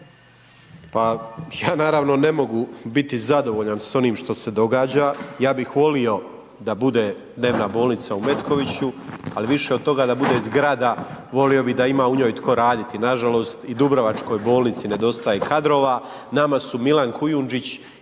Pa ja naravno ne mogu biti zadovoljan s onim što se događa, ja bih volio da bude dnevna bolnica u Metkoviću, ali više od toga da bude zgrada volio bi da u njoj ima tko raditi. Nažalost i Dubrovačkoj bolnici nedostaje kadrova, nama su Milan Kujundžić i